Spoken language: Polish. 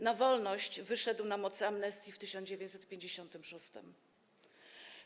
Na wolność wyszedł na mocy amnestii w 1956 r.